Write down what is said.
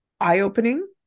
eye-opening